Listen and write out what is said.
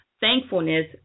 thankfulness